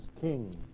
king